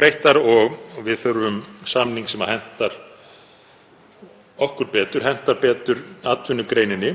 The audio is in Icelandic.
breyttar og við þurfum samning sem hentar okkur betur, hentar betur atvinnugreininni